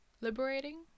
liberating